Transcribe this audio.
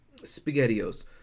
SpaghettiOs